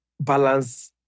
balance